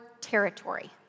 territory